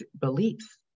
beliefs